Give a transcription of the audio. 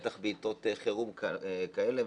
בטח בעיתות חירום כאלה,